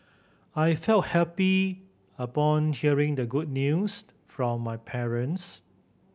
I felt happy upon hearing the good news from my parents